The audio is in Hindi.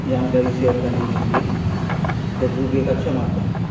जानकारी शेयर करने के लिए फेसबुक एक अच्छा माध्यम है